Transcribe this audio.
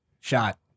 Shot